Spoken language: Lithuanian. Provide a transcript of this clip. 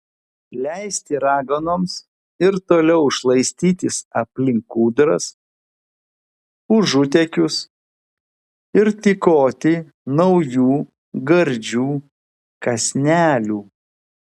leisti raganoms ir toliau šlaistytis aplink kūdras užutėkius ir tykoti naujų gardžių kąsnelių